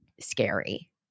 scary